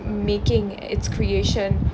making its creation